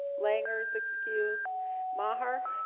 langer's excuse maher